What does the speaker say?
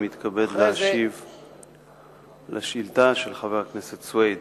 אני מתכבד להשיב על השאילתא של חבר הכנסת סוייד.